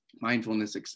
mindfulness